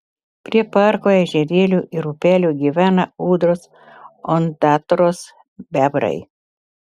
prie parko ežerėlių ir upelių gyvena ūdros ondatros bebrai